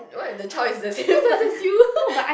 what if the child is the same size as you